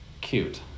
cute